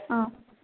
অ'